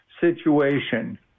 situation